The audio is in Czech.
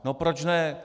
No proč ne?